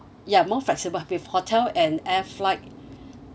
ya more flexible with hotel and air flight